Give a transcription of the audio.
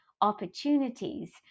opportunities